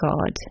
God